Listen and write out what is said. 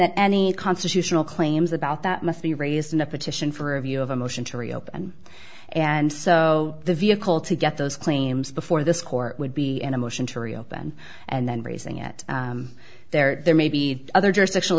that any constitutional claims about that must be raised in a petition for review of a motion to reopen and so the vehicle to get those claims before this court would be in a motion to reopen and then raising it there there may be other